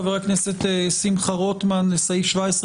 חבר הכנסת שמחה רוטמן לסעיף 17,